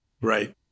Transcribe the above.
Right